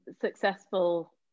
successful